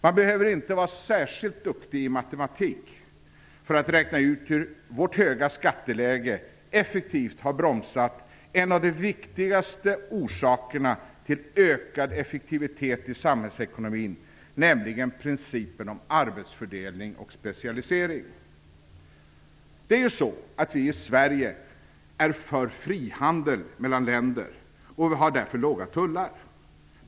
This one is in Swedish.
Man behöver inte vara särskilt duktig i matematik för att räkna ut hur vårt höga skatteläge effektivt har bromsat en av de viktigaste orsakerna till ökad effektivitet i samhällsekonomin, nämligen principen om arbetsfördelning och specialisering. Vi i Sverige är ju för frihandel mellan länder, och vi har därför låga tullar.